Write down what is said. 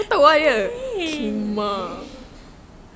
so lame